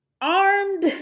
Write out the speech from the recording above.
Armed